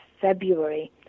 February